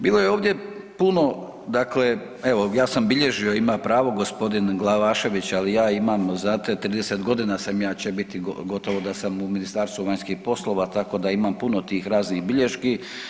Bilo je ovdje puno dakle, evo ja sam bilježio, ima pravo gospodin Glavašević, ali ja imam znate 30 godina sam ja će biti gotovo da sam u Ministarstvu vanjskih poslova tako da imam puno tih raznih bilješki.